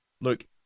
Look